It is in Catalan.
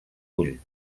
ull